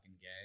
gay